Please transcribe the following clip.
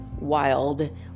wild